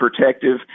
protective